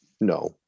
no